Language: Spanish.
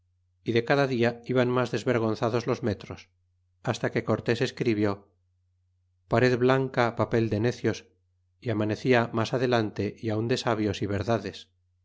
y de cada dia iban mas desvergonzados los metros hasta que cortés escribió pared blanca papel de necios y amanecia mas adelante y aun de sabios y verdades